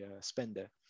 spender